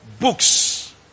books